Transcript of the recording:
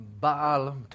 Baal